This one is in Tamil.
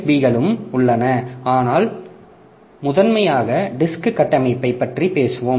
பி களும் உள்ளன ஆனால் முதன்மையாக டிஸ்க் கட்டமைப்பைப் பற்றி பேசுவோம்